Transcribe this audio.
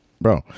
Bro